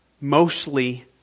mostly